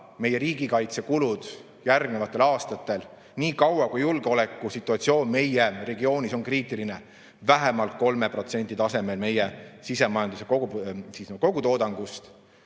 meie riigikaitsekulud järgnevatel aastatel, nii kaua kui julgeolekusituatsioon meie regioonis on kriitiline, vähemalt 3% tasemel meie sisemajanduse kogutoodangust,